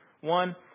One